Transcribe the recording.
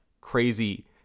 crazy